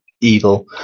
evil